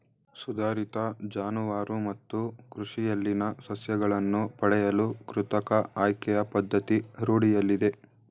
ಸುಧಾರಿತ ಜಾನುವಾರು ಮತ್ತು ಕೃಷಿಯಲ್ಲಿನ ಸಸ್ಯಗಳನ್ನು ಪಡೆಯಲು ಕೃತಕ ಆಯ್ಕೆಯ ಪದ್ಧತಿ ರೂಢಿಯಲ್ಲಿದೆ